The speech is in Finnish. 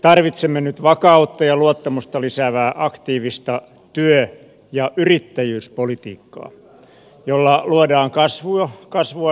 tarvitsemme nyt vakautta ja luottamusta lisäävää aktiivista työ ja yrittäjyyspolitiikkaa jolla luodaan kasvua sekä työpaikkoja